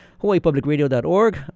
hawaiipublicradio.org